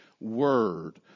word